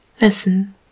listen